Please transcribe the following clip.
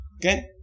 Okay